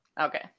okay